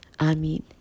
Amen